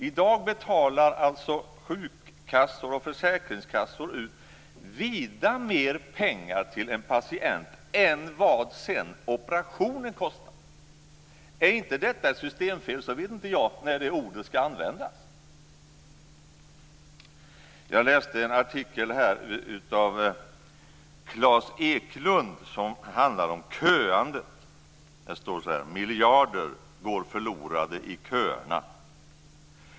I dag betalar försäkringskassan vida mer pengar till en patient än vad operationen sedan kostar. Är inte detta ett systemfel, vet inte jag när det ordet skall användas. Jag har läst en artikel av Klas Eklund som handlar om köandet. Där står det: Miljarder går förlorade i köerna.